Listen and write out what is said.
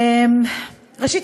ראשית,